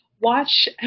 watch